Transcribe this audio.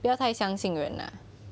不要太相信人啊